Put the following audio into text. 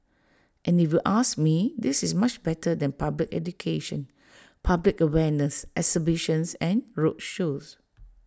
and if you ask me this is much better than public education public awareness exhibitions and roadshows